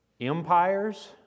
Empires